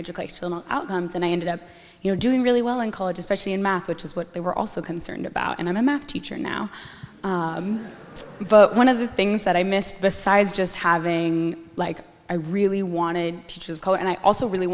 educational outcomes and i ended up you know doing really well in college especially in math which is what they were also concerned about and i'm a math teacher now but one of the things that i missed besides just having like i really wanted to do was call and i also really